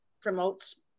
promotes